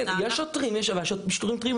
יש שוטרים אבל מה?